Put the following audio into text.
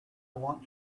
want